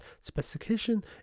specification